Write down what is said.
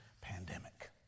pandemic